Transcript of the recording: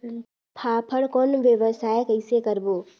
फाफण कौन व्यवसाय कइसे करबो?